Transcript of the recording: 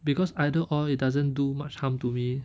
because either or it doesn't do much harm to me